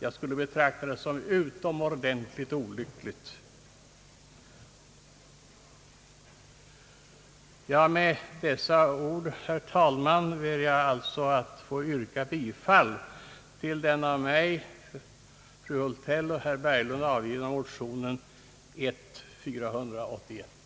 Jag skulle betrakta det som utomordentligt olyckligt. Med dessa ord, herr talman, ber jag att få yrka bifall till den av mig, fru Hultell och herr Berglund avgivna motionen I: 481.